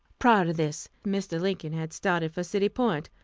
prior to this, mr. lincoln had started for city point,